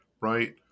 right